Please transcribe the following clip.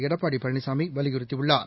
எடப்பாடி பழனிசாமி வலியுறுத்தியுள்ளார்